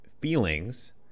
feelings